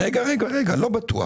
רגע, לא בטוח.